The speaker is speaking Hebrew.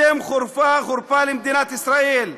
אתם חרפה למדינת ישראל".